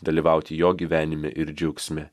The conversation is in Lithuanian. dalyvauti jo gyvenime ir džiaugsme